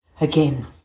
again